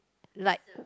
like